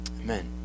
amen